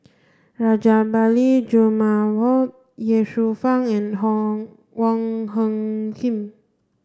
Rajabali Jumabhoy Ye Shufang and Wong Hung Khim